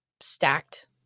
stacked